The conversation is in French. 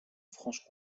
franche